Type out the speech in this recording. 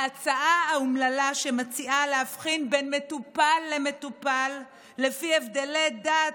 ההצעה האומללה שמציעה להבחין בין מטופל למטופל לפי הבדלי דת,